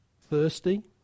Thirsty